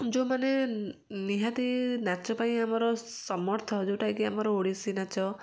ଯେଉଁମାନେ ନିହାତି ନାଚ ପାଇଁ ଆମର ସମର୍ଥ ଯେଉଁଟା କି ଆମର ଓଡ଼ିଶୀ ନାଚ